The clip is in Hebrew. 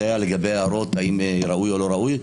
זה לגבי ההערות האם ראוי או לא ראוי.